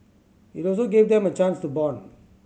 it also gave them a chance to bond